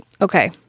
Okay